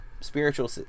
spiritual